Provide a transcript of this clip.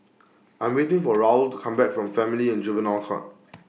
I'm waiting For Raul to Come Back from Family and Juvenile Court